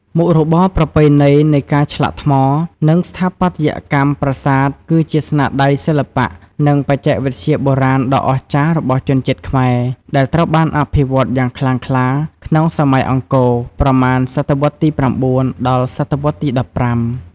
មុខរបរប្រពៃណីនៃការឆ្លាក់ថ្ម និងស្ថាបត្យកម្មប្រាសាទ គឺជាស្នាដៃសិល្បៈ និងបច្ចេកវិទ្យាបុរាណដ៏អស្ចារ្យរបស់ជនជាតិខ្មែរ ដែលត្រូវបានអភិវឌ្ឍយ៉ាងខ្លាំងក្លាក្នុងសម័យអង្គរ ប្រមាណសតវត្សរ៍ទី៩ ដល់សតវត្សរ៍ទី១៥។